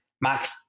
Max